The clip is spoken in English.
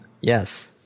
Yes